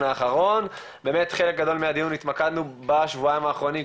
האחרון ובאמת חלק גדול מהדיון התמקדנו בשבועיים האחרונים,